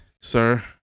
sir